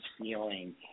feeling